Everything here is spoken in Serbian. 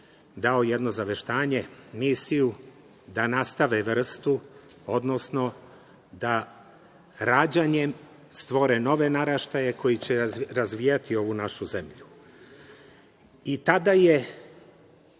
dao jedno zaveštanje, misiju da nastave vrstu, odnosno da rađanjem stvore nove naraštaje koji će razvijati ovu našu zemlju. Tada je